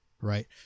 right